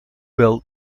wel